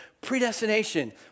predestination